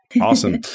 awesome